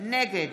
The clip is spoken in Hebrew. נגד